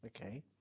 Okay